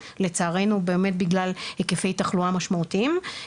לצערנו באמת בגלל היקפי תחלואה משמעותיים.